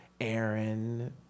Aaron